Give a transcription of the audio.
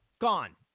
Gone